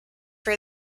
for